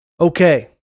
Okay